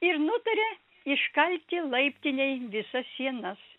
ir nutarė iškalti laiptinėj visas sienas